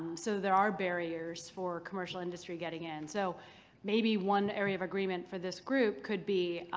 so there are barriers for commercial industry getting in. so maybe one area of agreement for this group could be